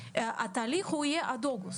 התהליך יהיה עד אוגוסט.